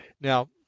Now